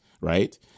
right